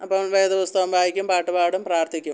അപ്പം വേദപുസ്തകം വായിക്കും പാട്ടുപാടും പ്രാർത്ഥിക്കും